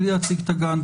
בלי להציג את הגאנט.